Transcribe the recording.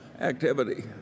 activity